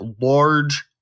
large